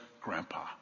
grandpa